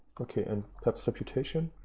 okay. and perhaps reputation.